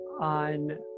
on